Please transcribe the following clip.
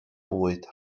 bwyd